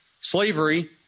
slavery